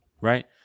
Right